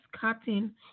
cotton